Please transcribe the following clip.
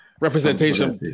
representation